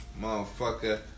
Motherfucker